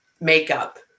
makeup